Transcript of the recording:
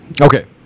Okay